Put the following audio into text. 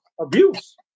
abuse